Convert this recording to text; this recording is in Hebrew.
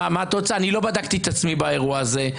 לא בדקתי את עצמי באירוע הזה,